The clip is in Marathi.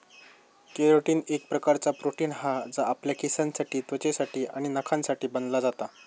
केरोटीन एक प्रकारचा प्रोटीन हा जा आपल्या केसांसाठी त्वचेसाठी आणि नखांसाठी बनला जाता